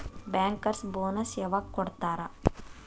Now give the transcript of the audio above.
Bankers bonus ಯವಾಗ್ ಕೊಡ್ತಾರ?